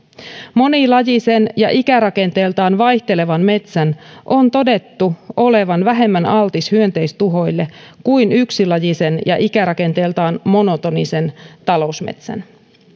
monilajisen ja ikärakenteeltaan vaihtelevan metsän on todettu olevan vähemmän altis hyönteistuhoille kuin yksilajisen ja ikärakenteeltaan monotonisen talousmetsän